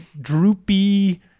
droopy